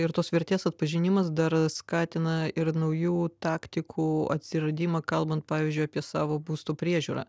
ir tos vertės atpažinimas dar skatina ir naujų taktikų atsiradimą kalbant pavyzdžiui apie savo būsto priežiūrą